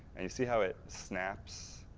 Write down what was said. and you see how it snaps,